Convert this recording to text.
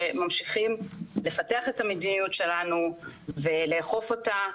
שממשיכים לפתח את המדיניות שלנו ולאכוף אותה,